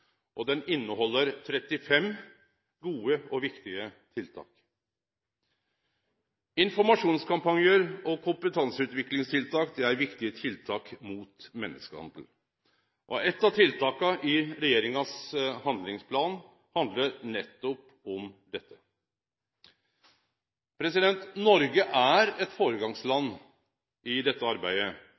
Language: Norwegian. og han inneheld 35 gode og viktige tiltak. Informasjonskampanjar og kompetanseutvikling er viktige tiltak mot menneskehandel. Eit av tiltaka i regjeringas handlingsplan handlar nettopp om dette. Noreg er eit føregangsland i dette arbeidet,